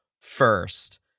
first